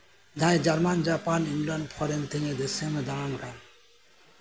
ᱡᱟᱸᱦᱟᱭ German Japan England ᱯᱷᱚᱨᱮᱱ ᱫᱤᱥᱚᱢᱮ ᱫᱟᱬᱟᱱ ᱠᱟᱱ